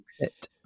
exit